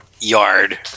yard